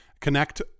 connect